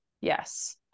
Yes